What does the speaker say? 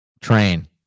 train